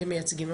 אתם מייצגים,